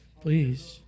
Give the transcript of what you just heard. Please